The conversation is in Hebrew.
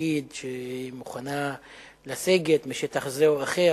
להגיד שהיא מוכנה לסגת משטח זה או אחר,